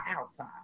outside